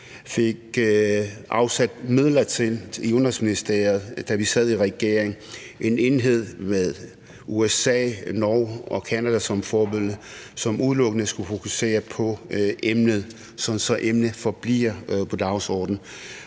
fik afsat midler til i Udenrigsministeriet, da vi sad i regering: En enhed med USA, Norge og Canada som forbillede, og som udelukkende skulle fokusere på emnet, sådan at emnet forbliver på dagsordenen.